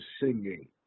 singing